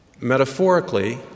Metaphorically